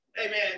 Amen